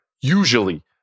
usually